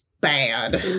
bad